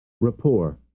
Rapport